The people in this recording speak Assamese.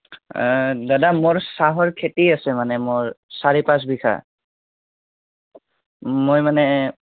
দাদা মোৰ চাহৰ খেতি আছে মানে মোৰ চাৰি পাঁচ বিঘা মই মানে